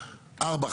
ארבע,